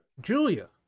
Julia